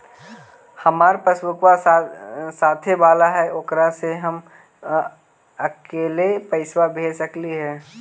हमार पासबुकवा साथे वाला है ओकरा से हम अकेले पैसावा भेज सकलेहा?